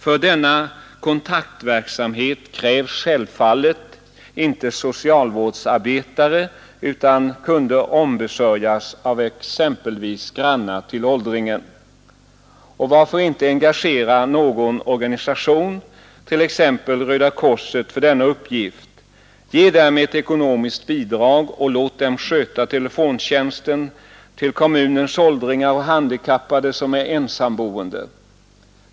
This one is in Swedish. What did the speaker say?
För denna kontaktverksamhet krävs självfallet inte socialvårdsarbetare utan den kunde ombesörjas av exempelvis grannar till åldringar. Och varför inte engagera någon organisation, t.ex. Röda korset, för denna uppgift? Ge dem ett ekonomiskt bidrag och låt dem sköta telefontjänsten till kommunens åldringår och handikappade som är ensamboende.